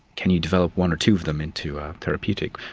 can you develop one or two of them into a therapeutic?